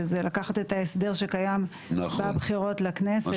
שזה לקחת את ההסדר שקיים והבחירות לכנסת.